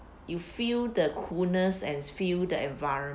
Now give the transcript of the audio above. you feel the coolness and feel the environment